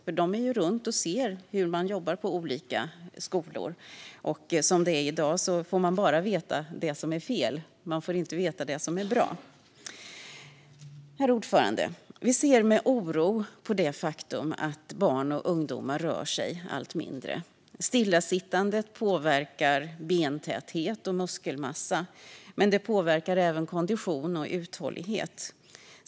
Man är nämligen runt och ser hur olika skolor jobbar, och som det är i dag får man bara veta det som är fel - inte det som är bra. Herr talman! Vi ser med oro på det faktum att barn och ungdomar rör sig allt mindre. Stillasittandet påverkar bentäthet och muskelmassa, men det påverkar även kondition och uthållighet.